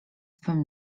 swym